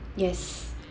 yes